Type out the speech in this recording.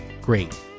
great